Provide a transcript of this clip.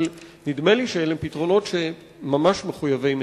אבל נדמה לי שאלה פתרונות שממש מחויבי מציאות.